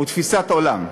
הוא תפיסת עולם: